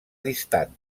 distant